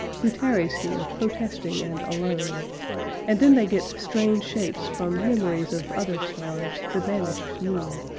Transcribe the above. who tarries here protesting and alone and then they get strange shapes from memories of other stars the banished knew,